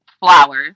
flowers